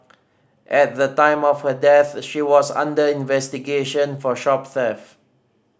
at the time of her death she was under investigation for shop theft